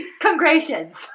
Congratulations